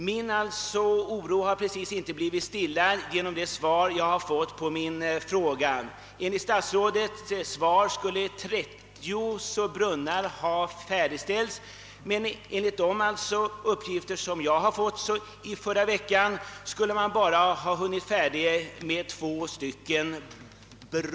Min oro därvidlag har just inte blivit stillad genom det svar jag fått på min fråga. Enligt statsrådets svar skall ett trettiotal brunnar ha färdigställts, men enligt de uppgifter jag fick förra veckan har man inte hunnit färdigställa mer än några stycken.